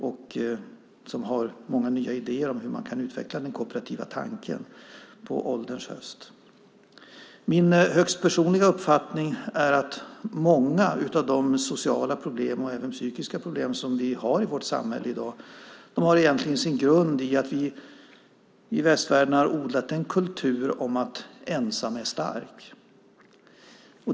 Man har där många nya idéer om hur man kan utveckla den kooperativa tanken på ålderns höst. Min högst personliga uppfattning är att många av de sociala och psykiska problem som vi har i vårt samhälle i dag egentligen har sin grund i att vi i västvärlden har odlat en kultur enligt idén "ensam är stark".